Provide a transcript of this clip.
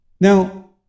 Now